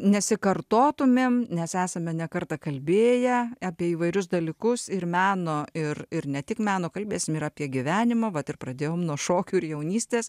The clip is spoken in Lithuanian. nesikartotumėm nes esame ne kartą kalbėję apie įvairius dalykus ir meno ir ir ne tik meno kalbėsim ir apie gyvenimą vat ir pradėjom nuo šokių ir jaunystės